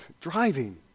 Driving